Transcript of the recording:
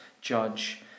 judge